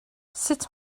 sut